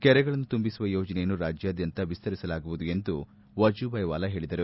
ಕೆರೆಗಳನ್ನು ತುಂಬಿಸುವ ಯೋಜನೆಯನ್ನು ರಾಜ್ವಾದ್ಯಂತ ವಿಸ್ತರಿಸಲಾಗುವುದು ಎಂದು ವಜೂಭಾಯಿವಾಲಾ ಹೇಳಿದರು